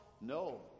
No